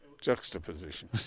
juxtaposition